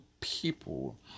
people